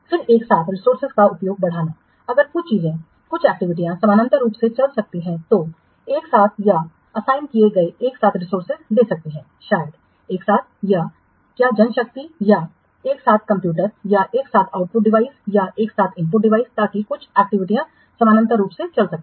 फिर एक साथ रिसोर्सेजों का उपयोग बढ़ाना अगर कुछ चीजें कुछ एक्टिविटीयां समानांतर रूप से चल सकती हैं तो एक साथ या असाइन किए गए एक साथ रिसोर्सेज दे सकती हैं शायद एक साथ या क्या जनशक्ति या एक साथ कंप्यूटर या एक साथ आउटपुट डिवाइस या एक साथ इनपुट डिवाइस ताकि कुछ एक्टिविटीयां समानांतर रूप से चल सकें